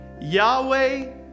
Yahweh